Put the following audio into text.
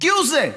כהוא זה,